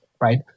right